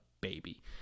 baby